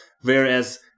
whereas